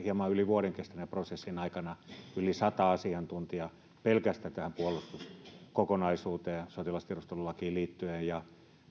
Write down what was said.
hieman yli vuoden kestäneen prosessin aikana yli sataa asiantuntijaa pelkästään tähän puolustuskokonaisuuteen sotilastiedustelulakiin liittyen ja